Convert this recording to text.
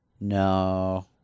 No